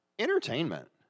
Entertainment